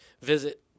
Visit